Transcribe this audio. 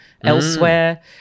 elsewhere